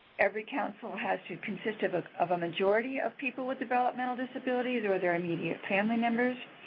every council has to consist of ah of a majority of people with developmental disabilities or their immediate family members.